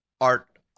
art